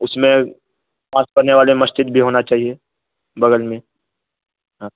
اس میں پانس پڑنے والے مسجد بھی ہونا چاہیے بگل میں ہاں